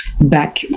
back